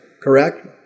correct